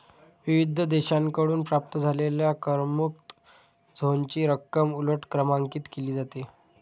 विविध देशांकडून प्राप्त झालेल्या करमुक्त झोनची रक्कम उलट क्रमांकित केली जाते